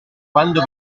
quando